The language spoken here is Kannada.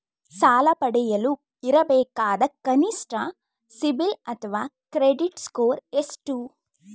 ಸಾಲ ಪಡೆಯಲು ಇರಬೇಕಾದ ಕನಿಷ್ಠ ಸಿಬಿಲ್ ಅಥವಾ ಕ್ರೆಡಿಟ್ ಸ್ಕೋರ್ ಎಷ್ಟು?